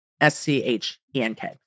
S-C-H-E-N-K